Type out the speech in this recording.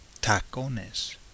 Tacones